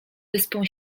wyspą